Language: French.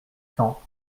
cents